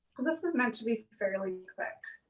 cause this is meant to be fairly quick,